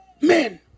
men